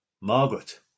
Margaret